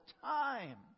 time